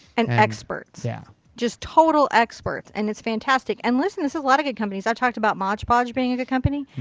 and experts yeah just total experts. and it's fantastic. and listen, there's a lot of good companies. i talked about mod podge being a good company.